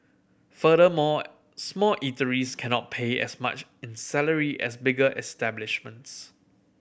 furthermore small eateries cannot pay as much in salary as bigger establishments